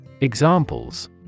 Examples